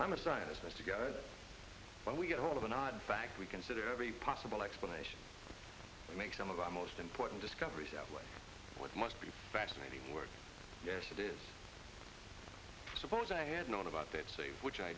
i'm a scientist has to go when we get hold of an odd fact we consider every possible explanation makes some of our most important discoveries outweigh what must be fascinating work yes it is suppose i had known about that see which i